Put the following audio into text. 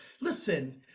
Listen